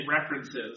references